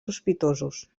sospitosos